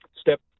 step